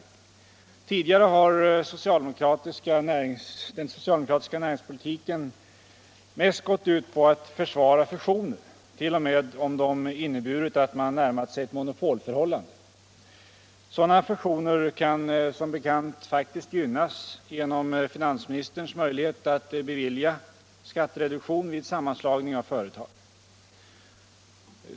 Tidigare har den socialdemokratiska näringspolitiken mest gått ut på att försvara fusioner, t.o.m. om de inneburit att man närmat sig ett monopolförhållande. Sådana fusioner kan som bekant faktiskt gynnas genom finansministerns möjlighet att bevilja skattereduktion vid sammanslagning av företag.